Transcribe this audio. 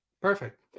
Perfect